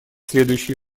следующие